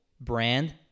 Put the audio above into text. brand